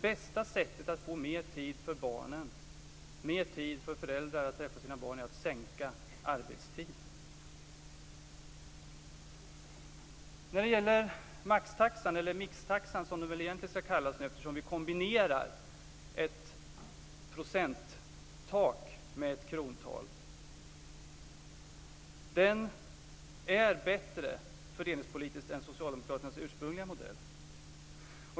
Bästa sättet att få mer tid för barnen, att få mer tid för föräldrar att träffa sina barn, är att sänka arbetstiden. Maxtaxan - eller mixtaxan, som den väl egentligen ska kallas eftersom vi nu kombinerar ett procenttak med ett krontal - är fördelningspolitiskt bättre än Socialdemokraternas ursprungliga modell.